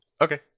Okay